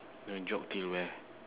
you want to jog till where